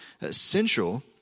essential